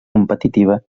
competitiva